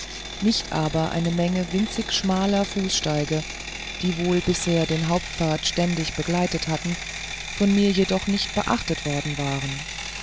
nicht aber eine menge winzig schmaler fußsteige die wohl bisher den hauptpfad ständig begleitet hatten von mir jedoch nicht beachtet worden waren